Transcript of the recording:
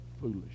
foolish